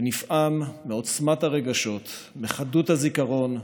ונפעם מעוצמת הרגשות, מחדות הזיכרון,